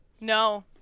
No